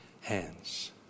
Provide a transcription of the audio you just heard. hands